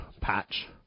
Patch